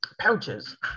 pouches